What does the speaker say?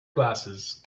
glasses